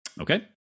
Okay